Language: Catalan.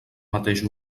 mateix